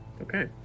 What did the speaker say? Okay